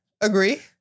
Agree